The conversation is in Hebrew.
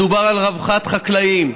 מדובר על רווחת חקלאים,